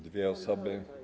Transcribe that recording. Dwie osoby.